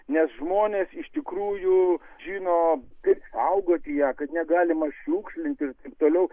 nes žmonės iš tikrųjų žino kaip saugoti ją kad negalima šiukšlinti ir taip toliau